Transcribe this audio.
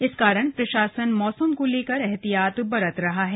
इस कारण प्रशासन मौसम को लेकर एहतिहात बरत रहा है